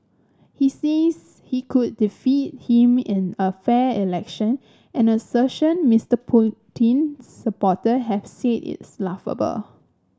he says he could defeat him in a fair election an assertion Mister Putin's supporter have said is laughable